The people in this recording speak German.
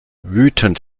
wütend